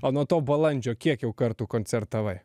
o nuo to balandžio kiek jau kartų koncertavai